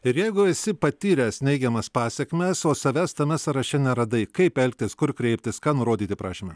ir jeigu esi patyręs neigiamas pasekmes o savęs tame sąraše neradai kaip elgtis kur kreiptis ką nurodyti prašyme